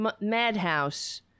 madhouse